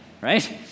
right